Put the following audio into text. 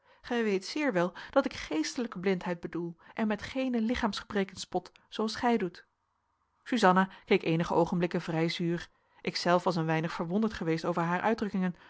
gij weet zeer wel dat ik geestelijke blindheid bedoel en met geene lichaamsgebreken spot zooals gij doet suzanna keek eenige oogenblikken vrij zuur ik zelf was een weinig verwonderd geweest over haar uitdrukkingen